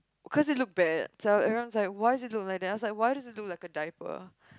because it's looks bad so everyone like why does it looks like that I was like why does it looks like a diaper